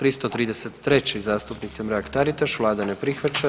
333. zastupnica Mrak Taritaš, Vlada ne prihvaća.